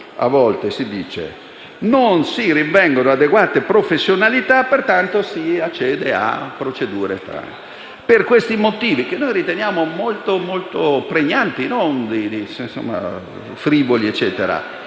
e si dice che: «non si rinvengono adeguate professionalità» e pertanto si accede a procedure atipiche. Per questi motivi, che riteniamo molto pregnanti e non frivoli, vorremmo